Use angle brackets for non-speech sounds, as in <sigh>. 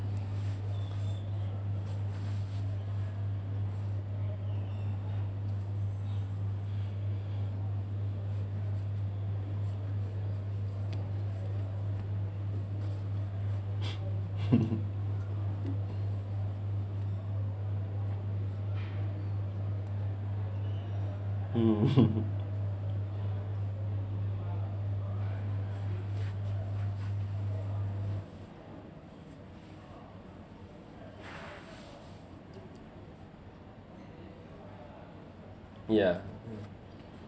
mm <laughs> mmhmm yeah